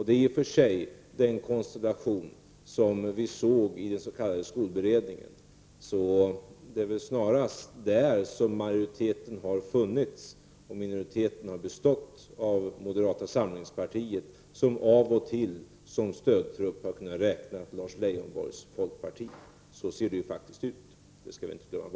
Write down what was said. Det är i och för sig den konstellation som vi såg i den s.k. skolberedningen. Det är väl snarast där som majoriteten har funnits, och minoriteten har bestått av moderata samlingspartiet som av och till har kunnat räkna Lars Leijonborgs folkparti som stödtrupp. Så ser det faktiskt ut, och det skall vi inte glömma.